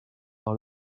par